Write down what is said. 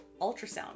ultrasound